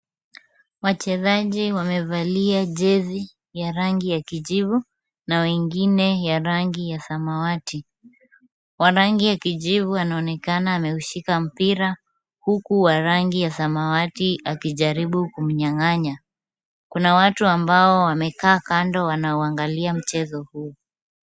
Wachezaji wamevalia jezi ya rangi ya kijivu na wengine ya rangi ya samawati. Wa rangi ya kijivu anaonekana ameushika mpira, huku wa rangi ya samawati akijaribu kumnyang'anya. Kuna watu ambao wamekaa kando wanaungalia mchezo huu.